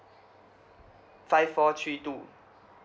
five four three two